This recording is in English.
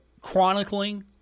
chronicling